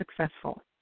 successful